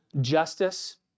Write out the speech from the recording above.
justice